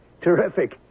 Terrific